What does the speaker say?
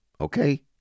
okay